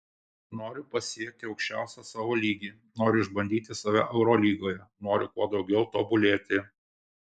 noriu pasiekti aukščiausią savo lygį noriu išbandyti save eurolygoje noriu kuo daugiau tobulėti